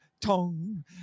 tong